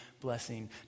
blessing